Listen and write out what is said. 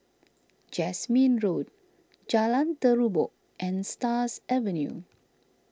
Jasmine Road Jalan Terubok and Stars Avenue